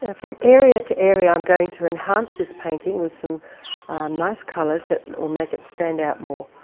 and from area to area i'm going to enhance this painting with some nice colours that will make it stand out more.